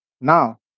Now